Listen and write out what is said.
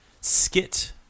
skit